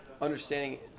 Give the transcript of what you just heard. understanding